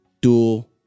Dual